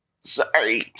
sorry